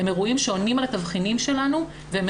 הם אירועים שעונים על התבחינים שלנו והם